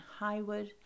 Highwood